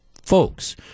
folks